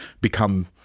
become